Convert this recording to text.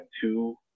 two